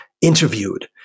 interviewed